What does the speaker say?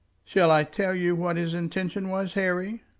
shall i tell you what his intention was, harry?